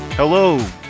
Hello